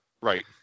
right